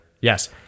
yes